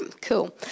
Cool